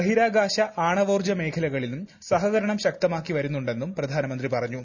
ബഹിരാകാശ ആണവോർജമേഖലകളിലും സഹകരണം ശക്തമാക്കി വരുന്നുണ്ടെന്നും പ്രധാനമന്ത്രി പറഞ്ഞു